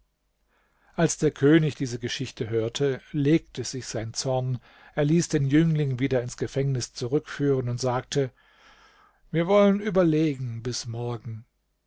als der könig diese geschichte hörte legte sich sein zorn er ließ den jüngling wieder ins gefängnis zurückführen und sagte wir wollen überlegen bis morgen